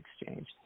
exchange